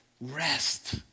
Rest